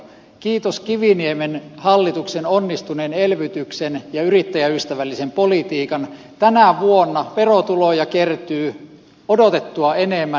kiitos kiviniemen hallituksen onnistuneen elvytyksen ja yrittäjäystävällisen politiikan tänä vuonna verotuloja kertyy odotettua enemmän